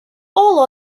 all